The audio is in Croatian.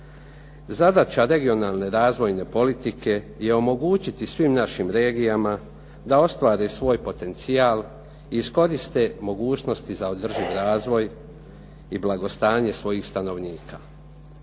Zadaća regionalne razvojne politike je omogućiti svim našim regijama da ostvari svoj potencijal, iskoriste mogućnosti za održiv razvoj i blagostanje svojih stanovnika.